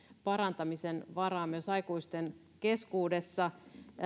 parantamisen varaa myös aikuisten keskuudessa